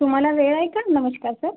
तुम्हाला वेळ आहे का नमस्कार सर